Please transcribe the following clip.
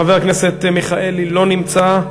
חבר הכנסת מיכאלי, לא נמצא.